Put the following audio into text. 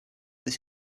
this